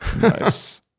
Nice